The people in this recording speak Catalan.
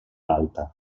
alta